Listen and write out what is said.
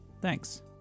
Thanks